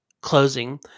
closing